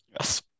yes